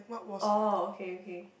oh okay okay